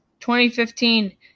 2015